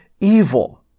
evil